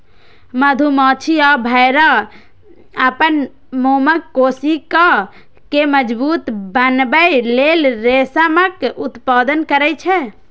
मधुमाछी आ भौंरा अपन मोमक कोशिका कें मजबूत बनबै लेल रेशमक उत्पादन करै छै